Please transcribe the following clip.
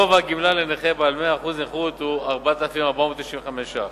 גובה הגמלה לנכה בעל 100% נכות הוא 4,495 שקלים.